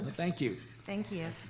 ah thank you. thank you.